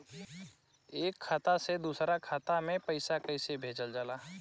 एक खाता से दूसरा खाता में पैसा कइसे भेजल जाला?